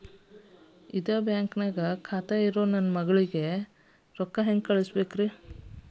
ಇದ ಬ್ಯಾಂಕ್ ನ್ಯಾಗ್ ಖಾತೆ ಇರೋ ನನ್ನ ಮಗಳಿಗೆ ರೊಕ್ಕ ಹೆಂಗ್ ಕಳಸಬೇಕ್ರಿ?